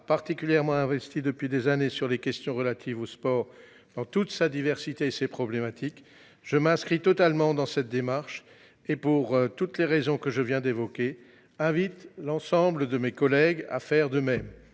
particulièrement investi depuis des années sur les questions relatives au sport dans toute sa diversité et toutes ses problématiques, je m’inscris totalement dans cette démarche. Pour toutes les raisons que je viens d’évoquer, j’invite l’ensemble de mes collègues à faire de même.